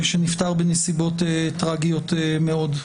שנפטר בנסיבות טרגיות מאוד.